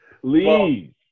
Please